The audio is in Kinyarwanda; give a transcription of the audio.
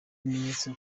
bimenyetso